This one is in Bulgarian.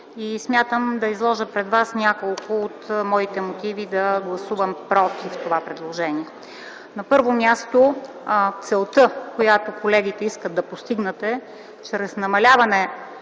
Смятам да изложа пред вас няколко от моите мотиви да гласувам против това предложение. На първо място, целта, която колегите искат да постигнат, е чрез намаляване